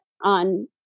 on